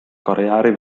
karjääri